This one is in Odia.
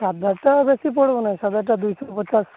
ସାଧା ଟା ବେଶୀ ପଡ଼ିବ ନାହିଁ ସାଧା ଟା ଦୁଇଶହ ପଚାଶ